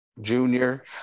junior